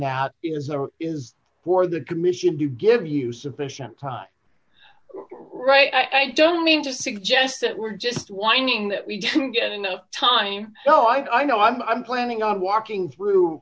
that is or is for the commission to give you sufficient time right i don't mean to suggest that we're just whining that we didn't get enough time so i know i'm planning on walking through